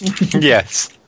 Yes